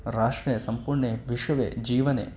राष्ट्रे सम्पूर्णे विश्वे जीवने